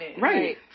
right